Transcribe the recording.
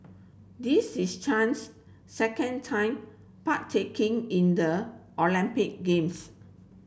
this is Chen's second time partaking in the Olympic Games